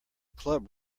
club